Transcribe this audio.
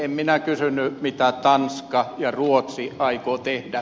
en minä kysynyt mitä tanska ja ruotsi aikovat tehdä